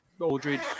Aldridge